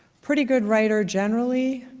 pretty good writer generally,